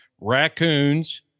raccoons